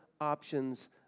options